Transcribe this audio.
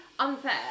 unfair